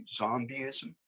zombieism